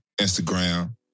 Instagram